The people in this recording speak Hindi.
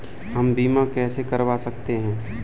हम बीमा कैसे करवा सकते हैं?